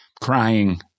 crying